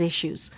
issues